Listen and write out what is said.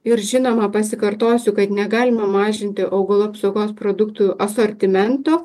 ir žinoma pasikartosiu kad negalima mažinti augalų apsaugos produktų asortimento